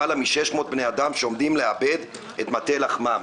מ-600 בני אדם שעומדים לאבד את מטה לחמם.